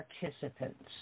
participants